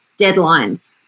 deadlines